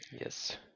Yes